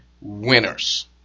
winners